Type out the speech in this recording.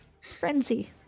frenzy